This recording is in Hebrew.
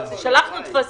שלחנו טפסים,